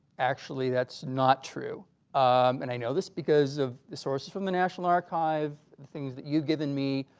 actually that's not true and i know this because of the sources from the national archive things that you've given me